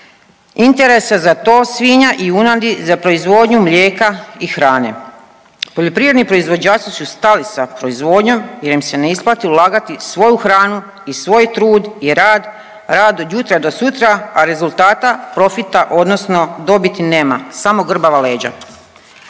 interesa za tov svinja i junadi za proizvodnju mlijeka i hrane. Poljoprivredni proizvođači su stali sa proizvodnjom jer im se ne isplati ulagati svoju hranu i svoj trud i rad, rad od jutra do sutra, a rezultata, profita, odnosno dobiti nema, samo grbava leđa,